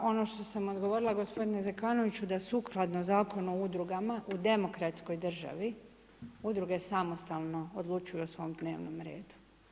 Ja ono što sam odgovorila gospodine Zekanoviću da sukladno zakonu o Udrugama u demokratskoj državi, Udruge samostalno odlučuju o svom dnevnom redu.